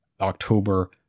October